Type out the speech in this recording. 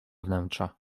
wnętrza